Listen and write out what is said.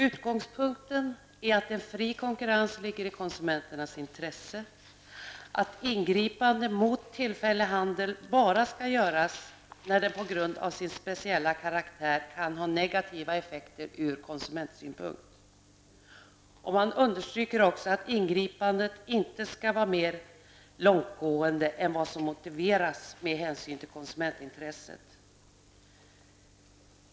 Utgångspunkten är att en fri konkurrens ligger i konsumenternas intresse och att ingripanden mot tillfällig handel bara skall göras när denna på grund av sin speciella karaktär kan ha negativa effekter ur konsumentsynpunkt. Det understryks också att ingripandena inte skall vara mer långtgående än vad som motiveras av konsumentintresset.